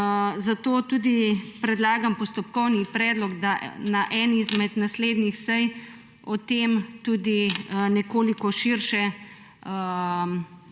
zato predlagam postopkovni predlog, da na eni izmed naslednjih sej o tem tudi nekoliko širše